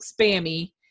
Spammy